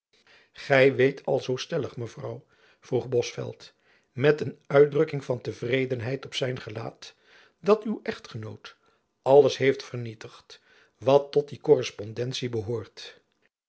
gy weet alzoo stellig mevrouw vroeg bosveldt met een uitdrukking van tevredenheid op zijn gelaat dat uw echtgenoot alles heeft vernietigd wat tot die korrespondentie behoort